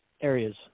areas